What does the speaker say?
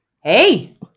hey